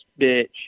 bitch